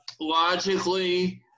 logically